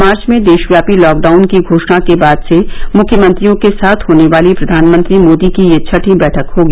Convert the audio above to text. मार्च में देशव्यापी लॉकडाउन की घोषणा के बाद से मुख्यमंत्रियों के साथ होने वाली प्रधानमंत्री मोदी की यह छठी बैठक होगी